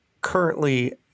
currently